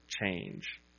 change